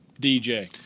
DJ